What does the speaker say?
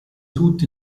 tutti